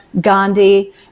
Gandhi